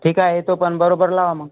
ठीक आहे येतो पण बरोबर लावा मग